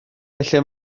felly